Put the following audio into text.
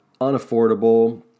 unaffordable